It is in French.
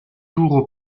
tours